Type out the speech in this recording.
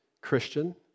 Christian